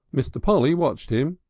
mr. polly watched him,